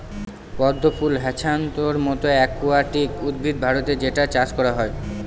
পদ্ম ফুল হ্যাছান্থর মতো একুয়াটিক উদ্ভিদ ভারতে যেটার চাষ করা হয়